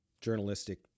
journalistic